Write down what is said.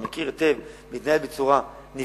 הוא מכיר היטב ומתנהל בצורה נפלאה,